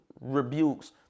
rebukes